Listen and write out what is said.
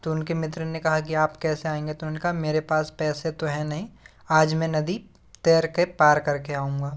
तो उनके मित्र ने कहा कि आप कैसे आएंगे तो उन्होंने कहा मेरे पास पैसे तो है नहीं आज मैं नदी तैर के पार करके आऊंगा